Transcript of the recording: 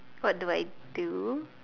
what do I do